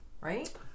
right